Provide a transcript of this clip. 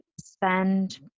spend